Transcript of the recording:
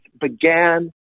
began